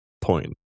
point